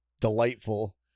delightful